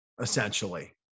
essentially